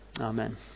Amen